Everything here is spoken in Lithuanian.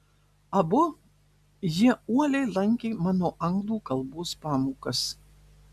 abu jie uoliai lankė mano anglų kalbos pamokas